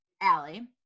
Allie